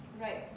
right